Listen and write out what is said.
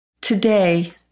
Today